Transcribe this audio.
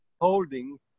holding